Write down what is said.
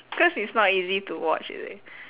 cause it's not easy to watch is it